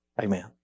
Amen